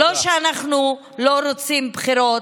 לא שאנחנו לא רוצים בחירות,